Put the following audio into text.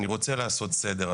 אני רוצה לעשות סדר,